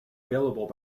available